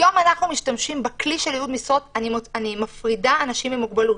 היום אנחנו משתמשים בכלי של ייעוד משרות ואני מפרידה אנשים עם מוגבלות.